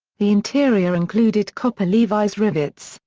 the interior included copper levis rivets,